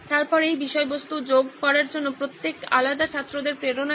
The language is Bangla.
তারপর এই বিষয়বস্তু যোগ করার জন্য প্রত্যেক আলাদা ছাত্রদের প্রেরণা কি